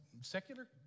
secular